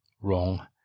Wrong